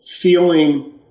feeling